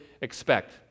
expect